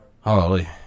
holy